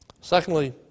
Secondly